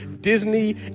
Disney